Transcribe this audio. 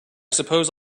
suppose